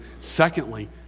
Secondly